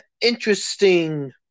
interesting